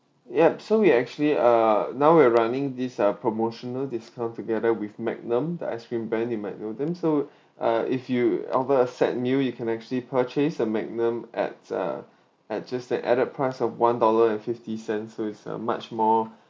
yup so we actually uh now we're running this uh promotional discount together with magnum the ice cream brand you might know them so uh if you order a set meal you can actually purchase a magnum at uh at just the added price of one dollar and fifty cents so is a much more